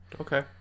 okay